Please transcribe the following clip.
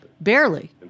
Barely